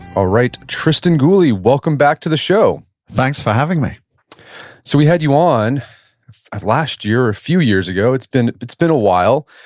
all right, tristan gooley. welcome back to the show thanks for having me so we had you on last year or a few years ago, it's been it's been a while,